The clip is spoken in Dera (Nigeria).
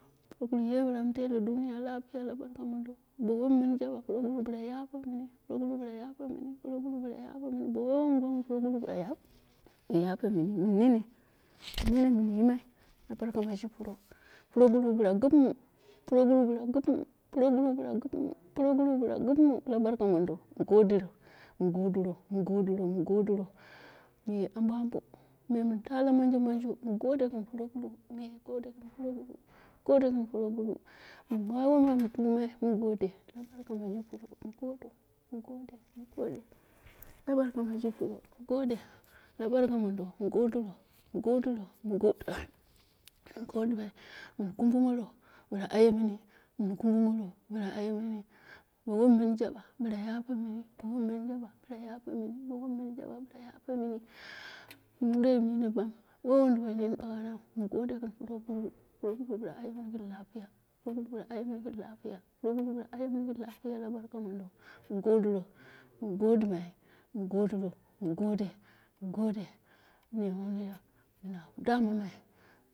Proguru ye bila mu telke duniya lapiya la barka mondo, bo wom min jabu, mo bila yape mini, proguru bo yape mini, proguru bo yupe mini, ho wai wan gwamwu proguru ka yape mini, bila yape mini wom min yimai la barka mondi pro, proguru bila gipemu, proguru bila gipemu, proguru bula gipemu proguru bila gipemu la barka modo na gode, mu godiro, mu godiro, mi godiro, miye ambo ambo, me minta la manjo manjo, mu gode gɨn proguru, mu gode gɨn proguru, amen wai won mun tamai mu gode la barka ma la puro mu gode, mu gode, mu gode, la barka miji la puro, la barka mondo, mi godiro, mu godiro, mu godiro, an godimai, mɨn kammaro bilan aye mini, mun kammano bila aye mini. Bo wom min jaba bila yepe mini, wom min jaba bila yape mini, wom min jaba bila yapemini wuduwai ninidu, wai wunduwa nini daiu mu gadiro, puro puro, proguro aye nini gɨn lapiya, proguru aye mini gɨn lapiya, proguru aye mini la barka mondo mu godiro min godimai, min godiro, min godimai mu gode, mun godiya, na da mamai.